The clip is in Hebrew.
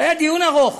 היה דיון ארוך,